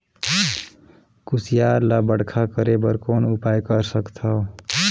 कुसियार ल बड़खा करे बर कौन उपाय कर सकथव?